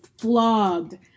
flogged